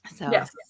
Yes